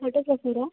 ಫೋಟೋಗ್ರಾಫರಾ